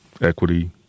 equity